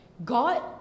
God